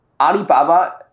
Alibaba